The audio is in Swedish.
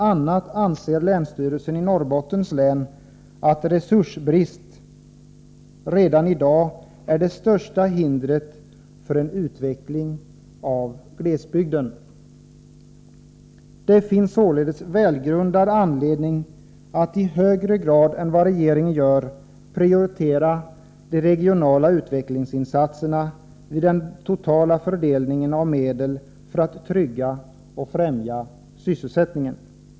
a. anser länsstyrelsen i Norrbottens län att resursbrist — redan i dag — är det största hindret för en utveckling av glesbygden. Det finns således välgrundad anledning att i högre grad än vad regeringen gör prioritera de regionala utvecklingsinsatserna vid den totala fördelningen av medel för att trygga och främja sysselsättningen.